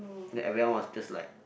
then everyone was just like